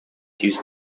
used